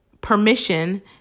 permission